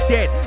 Dead